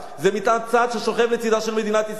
זה מטען צד ששוכב לצדה של מדינת ישראל.